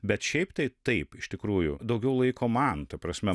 bet šiaip tai taip iš tikrųjų daugiau laiko man ta prasme